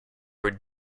would